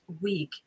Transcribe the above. week